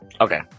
Okay